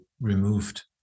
removed